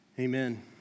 Amen